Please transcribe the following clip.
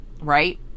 right